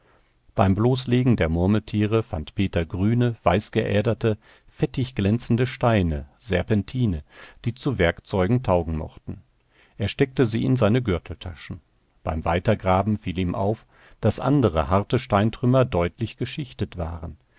beim bloßlegen der murmeltiere fand peter grüne weißgeäderte fettig glänzende steine serpentine die zu werkzeugen taugen mochten er steckte sie in seine gürteltaschen beim weitergraben fiel ihm auf daß andere harte steintrümmer deutlich geschichtet waren